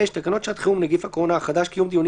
(5)תקנות שעת חירום (נגיף הקורונה החדש) (קיום דיונים